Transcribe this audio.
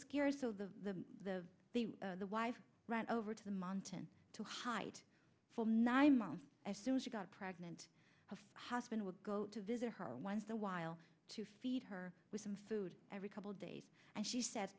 scary so the the the the wife right over to the mountain to hide for nine months as soon as she got pregnant of husband would go to visit her once a while to feed her with some food every couple days and she said